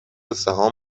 سهام